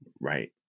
Right